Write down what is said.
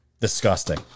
Disgusting